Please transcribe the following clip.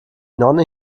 nonne